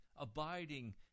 abiding